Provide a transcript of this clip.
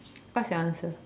what's your answer